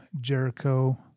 Jericho